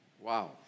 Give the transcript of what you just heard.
Wow